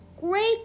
great